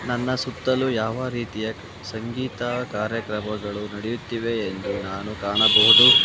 ನನ್ನ ಸುತ್ತಲೂ ಯಾವ ರೀತಿಯ ಸಂಗೀತ ಕಾರ್ಯಕ್ರಮಗಳು ನಡೆಯುತ್ತಿವೆ ಎಂದು ನಾನು ಕಾಣಬಹುದು